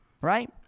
right